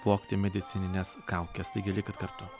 vogti medicinines kaukes taigi likit kartu